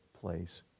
place